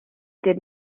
did